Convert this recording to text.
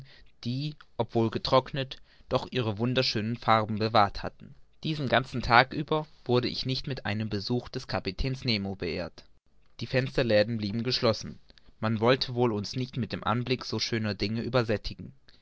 die obwohl getrocknet doch ihre wunderschönen farben bewahrt hatten diesen ganzen tag über wurde ich nicht mit einem besuch des kapitäns nemo beehrt die fensterläden blieben geschlossen man wollte wohl uns nicht mit dem anblick so schöner dinge übersättigen